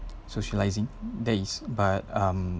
socialising there is but um